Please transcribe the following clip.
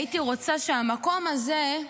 הייתי רוצה שהמקום הזה,